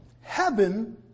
Heaven